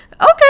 okay